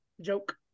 joke